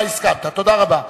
אתה הסכמת, תודה רבה.